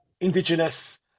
indigenous